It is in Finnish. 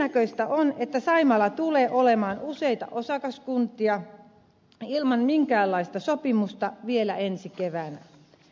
todennäköistä on että saimaalla tulee olemaan useita osakaskuntia ilman minkäänlaista sopimusta vielä ensi keväänä